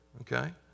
okay